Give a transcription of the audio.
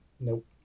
Nope